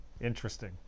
Interesting